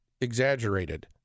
exaggerated